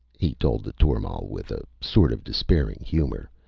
he told the tormal with a sort of despairing humor,